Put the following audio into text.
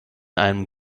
einem